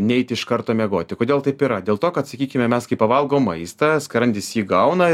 neiti iš karto miegoti kodėl taip yra dėl to kad sakykime mes kai pavalgom maistą skrandis jį gauna